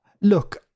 look